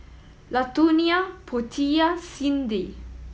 Latonia Portia Cyndi